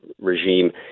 regime